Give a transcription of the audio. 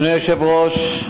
אדוני היושב-ראש,